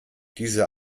diese